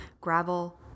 Gravel